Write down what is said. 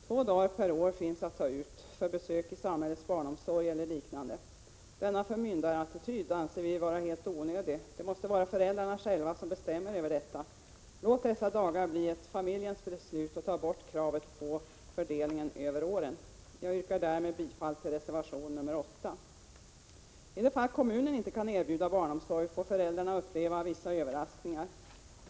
Två dagar per år finns att ta ut för besök i samhällets barnomsorg eller liknande. Denna förmyndarattityd anser vi vara helt onödig. Det måste vara föräldrarna själva som bestämmer över detta. Låt dessa dagar bli ett familjens beslut, och ta bort kravet på fördelningen över åren! Jag yrkar därmed bifall till reservation nr 8. I de fall då kommunen inte kan erbjuda barnomsorg får föräldrarna uppleva vissa överraskningar.